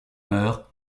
meurt